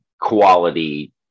quality